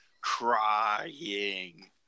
crying